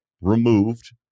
removed